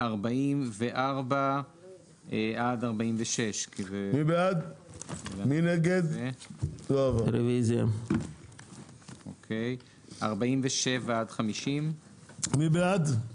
44 עד 46. מי בעד?